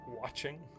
watching